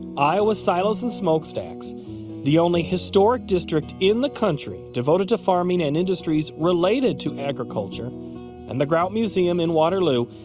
iowa's silos and smokestacks the only historic district in the country devoted to farming and industries related to agriculture and the grout museum, in waterloo,